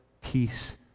peace